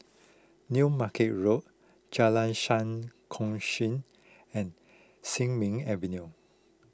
New Market Road Jalan Sam Kongsi and Sin Ming Avenue